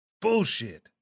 Bullshit